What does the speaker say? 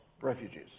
refugees